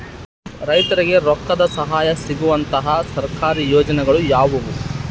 ರೈತರಿಗೆ ರೊಕ್ಕದ ಸಹಾಯ ಸಿಗುವಂತಹ ಸರ್ಕಾರಿ ಯೋಜನೆಗಳು ಯಾವುವು?